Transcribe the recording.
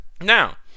Now